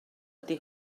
ydy